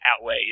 outweigh